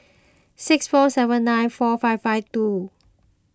six four seven nine four five five two